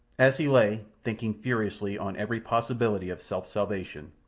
as he lay, thinking furiously on every possibility of self-salvation,